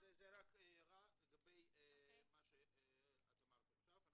רק הערה לגבי מה שאמרת אנחנו